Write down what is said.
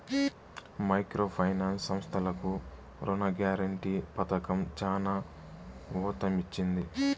micro finance సంస్థలకు రుణ guarantee పథకం చానా ఊతమిచ్చింది